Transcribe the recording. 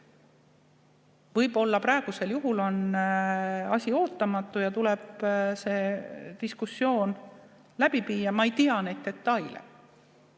Võib-olla praegusel juhul on asi ootamatu ja tuleb see diskussioon läbi viia. Ma ei tea neid detaile,